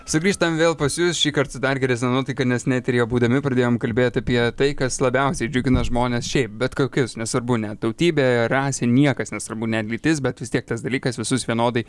sugrįžtam vėl pas jus šįkart su dar geresne nuotaika nes ne eteryje būdami pradėjom kalbėti apie tai kas labiausiai džiugina žmones šiaip bet kokius nesvarbu ne tautybė rasė niekas nesvarbu net lytis bet vis tiek tas dalykas visus vienodai